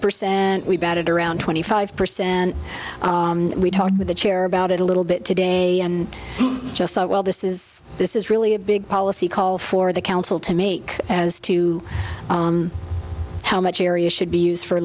percent and we batted around twenty five percent and we talked with the chair about it a little bit today and just thought well this is this is really a big policy call for the council to make as to how much area should be used for